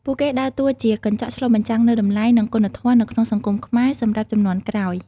ពួកគេដើរតួជា កញ្ចក់ឆ្លុះបញ្ចាំង នូវតម្លៃ និងគុណធម៌នៅក្នុងសង្គមខ្មែរសម្រាប់ជំនាន់ក្រោយ។